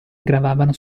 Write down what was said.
gravavano